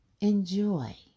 Enjoy